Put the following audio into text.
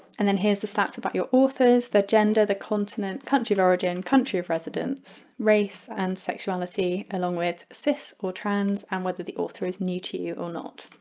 and then here's the stats about your authors the gender, the continent, country of origin, country of residence, race and sexuality along with cis or trans and whether the author is new to you or not.